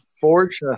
forge